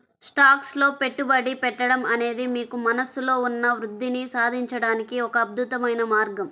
stocks లో పెట్టుబడి పెట్టడం అనేది మీకు మనస్సులో ఉన్న వృద్ధిని సాధించడానికి ఒక అద్భుతమైన మార్గం